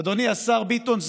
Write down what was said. אדוני השר ביטון,